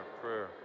prayer